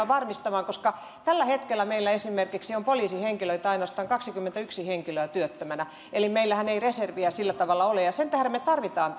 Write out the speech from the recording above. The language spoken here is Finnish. varmistamaan reservin tällä hetkellä meillä esimerkiksi on poliisihenkilöitä ainoastaan kaksikymmentäyksi henkilöä työttömänä eli meillähän ei reserviä sillä tavalla ole ja sen tähden me tarvitsemme